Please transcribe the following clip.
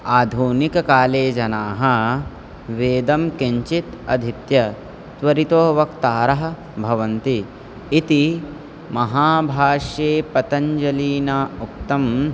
आधुनिककाले जनाः वेदं किञ्चित् अधीत्य त्वरितो वक्तारः भवन्ति इति महाभाष्ये पतञ्जलीना उक्तं